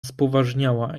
spoważniała